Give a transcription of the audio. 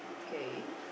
kay